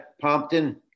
Pompton